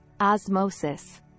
osmosis